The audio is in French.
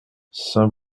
saint